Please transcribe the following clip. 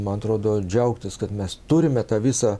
man atrodo džiaugtis kad mes turime tą visą